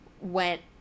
went